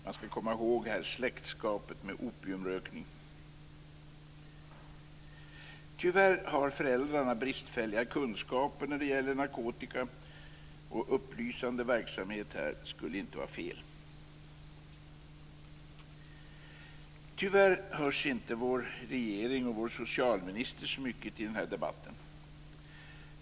Man ska här komma ihåg släktskapet med opiumrökning. Tyvärr har föräldrarna bristfälliga kunskaper när det gäller narkotika. Upplysande verksamhet skulle inte vara fel. Tyvärr hörs inte vår regering och vår socialminister så mycket i debatten.